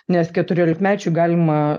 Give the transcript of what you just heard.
nes keturiolikmečiui galima